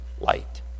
light